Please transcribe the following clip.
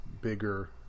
bigger